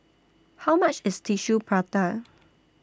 How much IS Tissue Prata